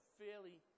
fairly